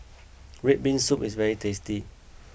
Red Bean Soup is very tasty